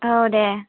औ दे